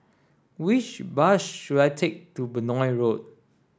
which bus should I take to Benoi Road